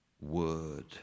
word